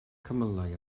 cymylau